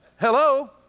Hello